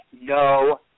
no